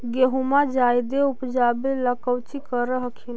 गेहुमा जायदे उपजाबे ला कौची कर हखिन?